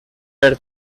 per